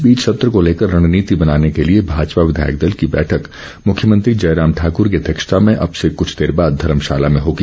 इस बीच संत्र को लेकर रणनीति बनाने के लिए भाजपा विधायक दल की बैठक मुख्यमंत्री जयराम ठाकुर की अध्यक्षता में अब से कुछ देर बाद धर्मशाला में होगी